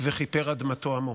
וכִפֶּר אדמתו עמו".